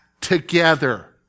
together